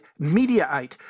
Mediaite